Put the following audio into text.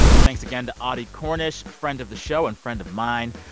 thanks again to audie cornish, friend of the show and friend of mine,